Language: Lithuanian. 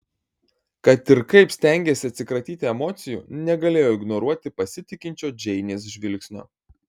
kad ir kaip stengėsi atsikratyti emocijų negalėjo ignoruoti pasitikinčio džeinės žvilgsnio